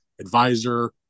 advisor